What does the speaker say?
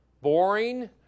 boring